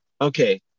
Okay